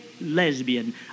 lesbian